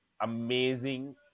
amazing